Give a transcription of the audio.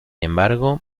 embargo